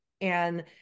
And-